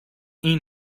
این